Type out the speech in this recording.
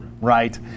Right